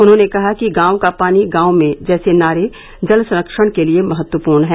उन्होंने कहा कि गांव का पानी गांव में जैसे नारे जल संरक्षण के लिये महत्वपूर्ण है